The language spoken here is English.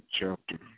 chapter